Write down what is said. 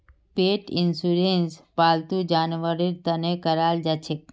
पेट insurance फालतू जानवरेर तने कराल जाछेक